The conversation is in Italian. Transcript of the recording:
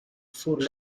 four